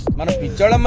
want to um